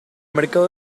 mercado